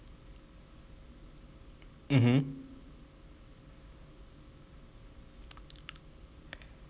mmhmm